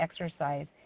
exercise